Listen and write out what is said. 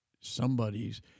somebody's